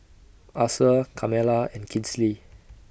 Asa Carmela and Kinsley